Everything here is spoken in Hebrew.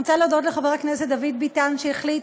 אני רוצה להודות לחבר הכנסת דוד ביטן, שהחליט,